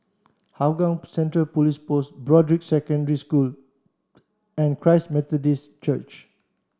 Hougang Central Post Broadrick Secondary School and Christ Methodist Church